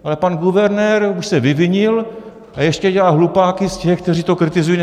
Ale pan guvernér už se vyvinil, a ještě dělá hlupáky z těch, kteří to kritizují.